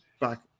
back